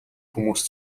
хүмүүс